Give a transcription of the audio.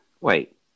Wait